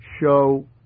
show